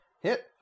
hit